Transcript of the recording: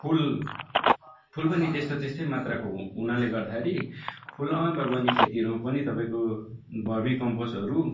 फुल फुल पनि त्यस्तो त्यस्तै मात्राको हुन हुनाले गर्दाखेरि फुल बागवानी खेतीहरूमा पनि तपाईँको भर्मी कम्पोस्टहरू